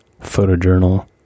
photojournal